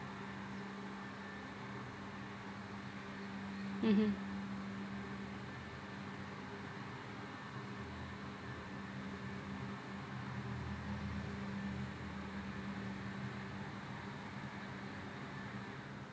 mmhmm